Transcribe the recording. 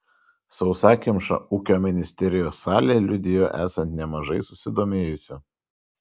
sausakimša ūkio ministerijos salė liudijo esant nemažai susidomėjusių